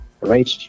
Right